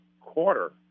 quarter